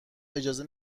اجازه